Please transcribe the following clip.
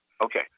Okay